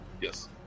Yes